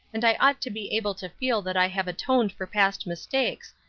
and i ought to be able to feel that i have atoned for past mistakes,